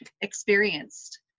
experienced